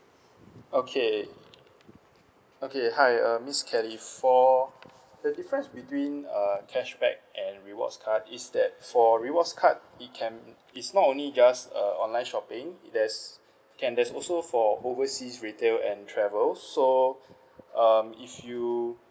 okay okay hi uh miss kelly for the difference between uh cashback and rewards card is that for rewards card it can it's not only just a online shopping there's can there's also for overseas retail and travel so um if you